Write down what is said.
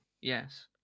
Yes